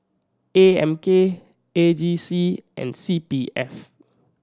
A M K A G C and C P F